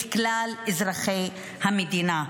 את כלל אזרחי המדינה.